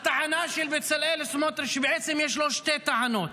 הטענה של בצלאל סמוטריץ' בעצם, יש לו שתי טענות: